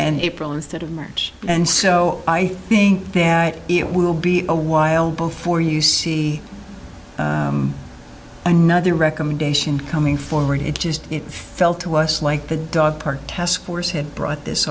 and april instead of march and so i think that it will be a while before you see another recommendation coming forward it just felt to us like the dog park task force had brought this